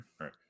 right